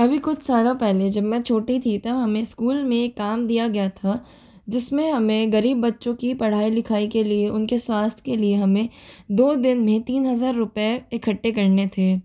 अभी कुछ सालो पहले जब मैं छोटी थी तब हमें स्कूल में काम दिया गया था जिसमें हमें गरीब बच्चों की पढ़ाई लिखाई के लिए उनके स्वास्थ्य के लिए हमें दो दिन में तीन हजार रूपए इकट्ठे करने थे